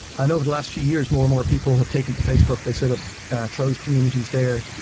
and over the last few years, more and more people have taken to facebook. they set up closed communities there,